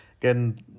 again